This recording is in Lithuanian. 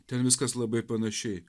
ten viskas labai panašiai